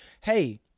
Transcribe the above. Hey